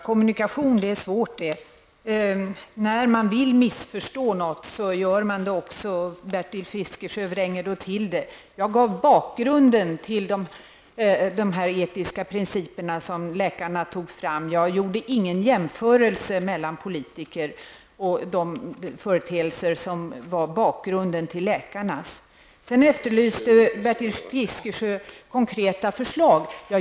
Fru talman! Det är svårt med kommunikation. När man vill missförstå, så gör man också det. Bertil Fiskesjö vrängde då till det. Jag gav bakgrunden till de etiska principer som läkarna tog fram. Jag gjorde ingen jämförelse mellan politikers inställning och de uppfattningar som låg bakom läkarnas etiska regler. Bertil Fiskesjö efterlyste konkreta förslag.